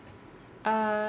err